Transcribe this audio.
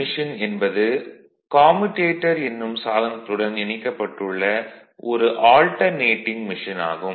machine என்பது commutator எனும் சாதனத்துடன் இணைக்கப்பட்டுள்ள ஒரு ஆல்டர்னேடிங் மெஷின் ஆகும்